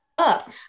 up